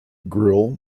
grille